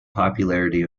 popularity